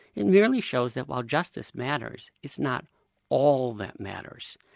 it merely shows that while justice matters, it's not all that matters.